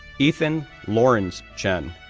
ethan llorens chen,